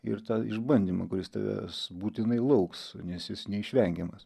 ir tą išbandymą kuris tavęs būtinai lauks nes jis neišvengiamas